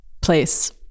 place